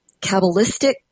Kabbalistic